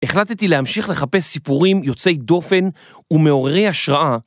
החלטתי להמשיך לחפש סיפורים יוצאי דופן ומעוררי השראה.